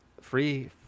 free